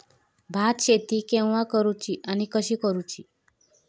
भात शेती केवा करूची आणि कशी करुची?